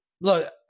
Look